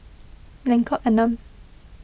Lengkok Enam